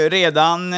redan